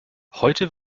heute